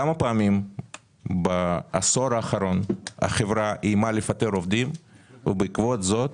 כמה פעמים בעשור האחרון החברה איימה לפטר עובדים ובעקבות זאת